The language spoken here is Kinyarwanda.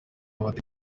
bati